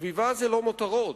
סביבה זה לא מותרות.